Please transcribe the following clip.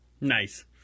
Nice